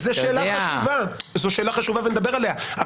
זו שאלה חשובה ונדבר עליה.